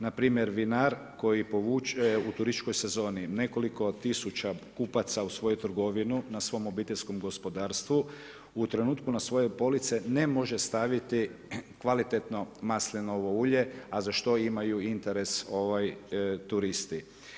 Na primjer vinar koji povuče u turističkoj sezoni nekoliko tisuća kupaca u svoju trgovinu na svom obiteljskom gospodarstvu u trenutku na svoje police ne može staviti kvalitetno maslinovo ulje, a za što imaju interes turisti.